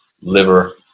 liver